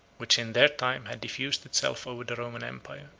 which in their time had diffused itself over the roman empire.